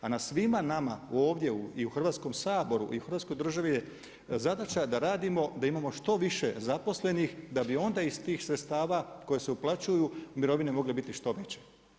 A na svima nama ovdje i u Hrvatskom saboru i u Hrvatskoj državi je zadaća da radimo da imamo što više zaposlenih da bi onda ih tih sredstava koja se uplaćuju mirovine mogle biti što veće.